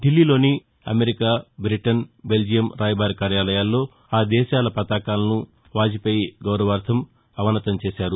ఢిల్లీలోని America Britain Belgium రాయబార కార్యాల్లో ఆ దేశాల పతాకాలను వాజ్పేయా గౌరవార్దం అవనతం చేశారు